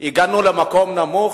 הגענו למקום נמוך,